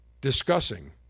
discussing